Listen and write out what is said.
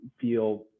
feel